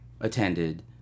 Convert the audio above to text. attended